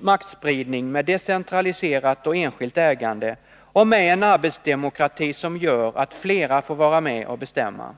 maktspridning med ett decentraliserat och enskilt ägande och med en arbetsdemokrati som gör att flera får vara med och bestämma.